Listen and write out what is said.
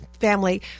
family